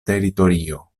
teritorio